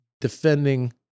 defending